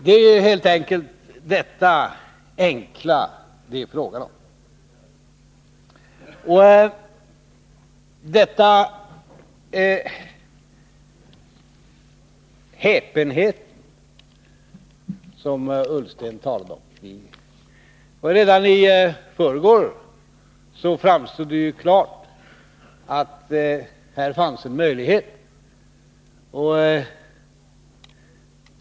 Det är detta enkla det är fråga om. 33 Ola Ullsten talade om häpenhet. Redan i förrgår framstod det klart att det här fanns en möjlighet.